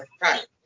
right